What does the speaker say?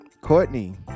Courtney